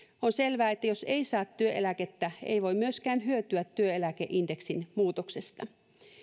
on selvää että jos ei saa työeläkettä ei voi myöskään hyötyä työeläkeindeksin muutoksesta